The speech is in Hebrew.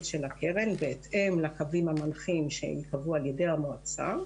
של הקרן בהתאם לקווים המנחים שייקבעו על ידי המועצה.